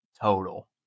total